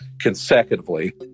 consecutively